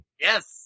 Yes